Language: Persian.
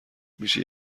میشه